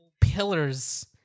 pillars